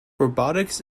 robotics